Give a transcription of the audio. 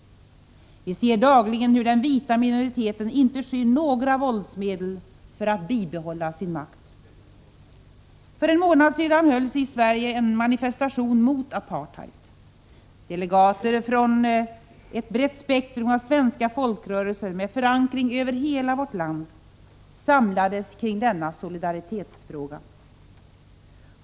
Vi ser dagligen hur den vita minoriteten inte skyr några våldsmedel för att bibehålla sin makt. För en månad sedan hölls i Sverige en manifestation mot apartheid. Delegater från ett brett spektrum av svenska folkrörelser, med förankring i hela vårt land, samlades kring denna solidaritetsfråga.